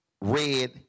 red